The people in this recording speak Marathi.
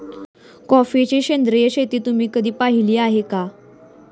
कॉफीची सेंद्रिय शेती तुम्ही कधी पाहिली आहे का?